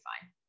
fine